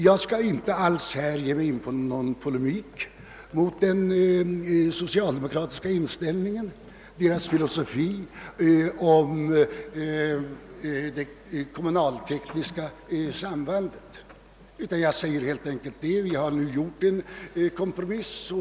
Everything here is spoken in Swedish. Jag skall inte här ingå på någon polemik mot socialdemokraternas inställning och filosofi rörande det kommunala sambandet. Vi gjorde en kompromiss.